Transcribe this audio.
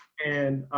and,